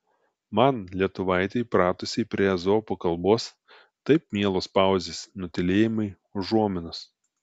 man lietuvaitei pratusiai prie ezopo kalbos taip mielos pauzės nutylėjimai užuominos